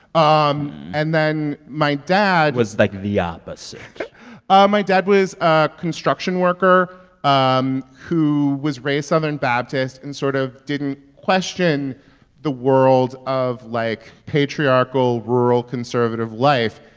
um and then my dad. was, like, the opposite ah my dad was a construction worker um who was raised southern baptist and sort of didn't question the world of, like, patriarchal, rural, conservative life.